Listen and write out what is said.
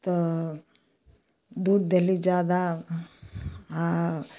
तऽ दूध देली जादा आ